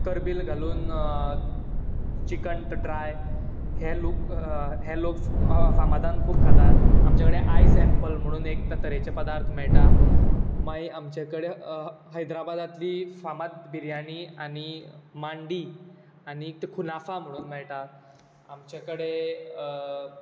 करबील घालून chicken dry हे लोक हे लोक फामादान खूब खातात आमचे कडेन आयस ऍप्पल म्हूण एके तरेचे पदार्थ मेळटा मागीर आमचे कडेन हैद्राबादांतली फामाद बिर्याणी आनी मांडी आनी तें खुनाफा म्हूण मेळटा आमचे कडेन